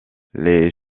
les